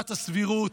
עילת הסבירות.